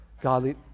godly